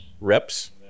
Reps